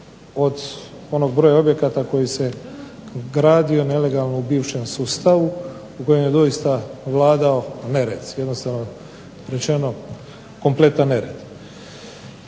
od onog broja objekata koji se gradio nelegalno u bivšem sustavu u kojem je doista vladao nered. Jednostavno rečeno, kompletan nered.